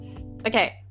Okay